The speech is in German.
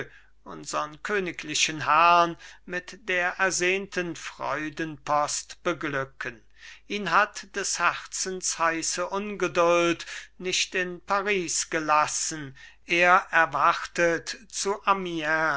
unsern königlichen herrn mit der ersehnten freudenpost beglücken ihn hat des herzens heiße ungeduld nicht in paris gelassen er erwartet zu